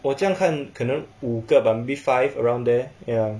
我这样看可能五个 bah maybe five around there ya